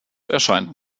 erscheint